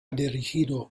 dirigido